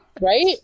right